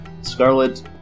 Scarlet